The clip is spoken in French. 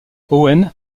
owen